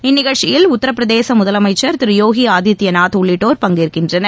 இந்நிகழ்ச்சியில் உத்தரப்பிரதேச முதலமைச்சர் திரு யோகி ஆதித்யநாத் உள்ளிட்டோர் பங்கேற்கின்றனர்